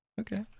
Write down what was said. Okay